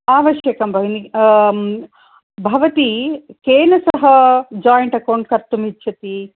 आवश्यकं भगिनी भवति केन सह जाय्न्ट् अकौण्ट् कर्तुम् इच्छति